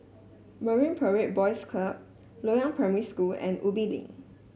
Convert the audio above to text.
Marine Parade Boys Club Loyang Primary School and Ubi Link